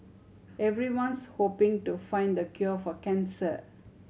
everyone's hoping to find the cure for cancer